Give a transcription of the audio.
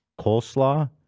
Coleslaw